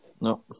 No